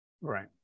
Right